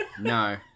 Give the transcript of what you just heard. No